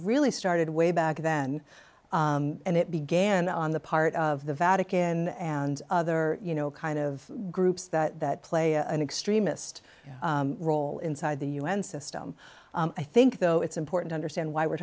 really started way back then and it began on the part of the vatican and other you know kind of groups that play an extremist role inside the u n system i think though it's important understand why we're